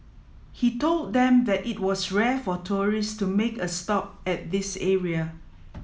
he told them that it was rare for tourist to make a stop at this area